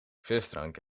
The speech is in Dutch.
frisdrank